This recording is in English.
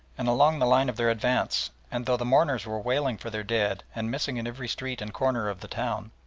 and along the line of their advance, and though the mourners were wailing for their dead and missing in every street and corner of the town,